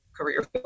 career